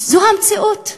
זו המציאות,